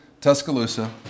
Tuscaloosa